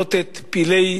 לראות את פלאי